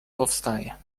powstaje